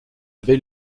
vais